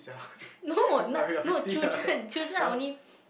no not no children children are only